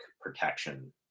protection